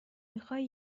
میخوای